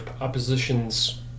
opposition's